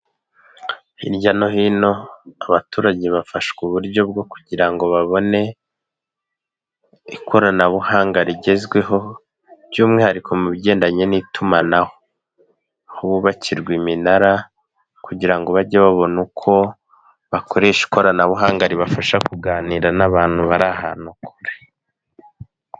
Hirya no hino, abaturage bafashwa uburyo bwo kugira ngo babone ikoranabuhanga rigezweho, by'umwihariko mu bigendanye n'itumanaho. Aho bubakirwa iminara kugira ngo bage babona uko bakoresha ikoranabuhanga, ribafasha kuganira n'abantu bari ahantu kure.